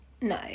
No